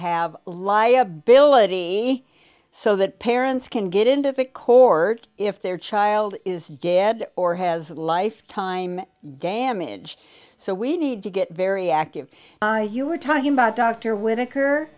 have liability so that parents can get into the court if their child is dead or has a life time damage so we need to get very active you were talking about dr whitaker